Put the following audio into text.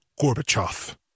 Gorbachev